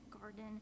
garden